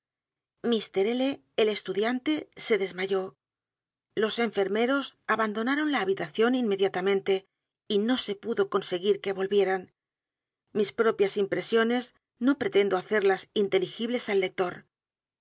el estudiante se desmayó los enfermeros abandonaron la habitación inmediatamente y no se pudo conseguir que volvieran mis propias impresiones no pretendo hacerlas inteligibles al lector